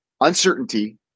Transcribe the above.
Uncertainty